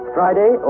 Friday